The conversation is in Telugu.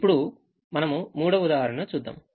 ఇప్పుడు మనము 3వ ఉదాహరణను చూద్దాం